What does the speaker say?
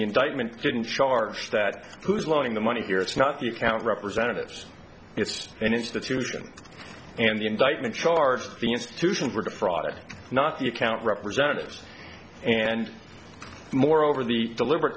indictment didn't charge that who's loaning the money here it's not the account representatives it's an institution and the indictment charged the institutions were defrauded not the account representatives and moreover the deliber